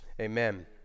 amen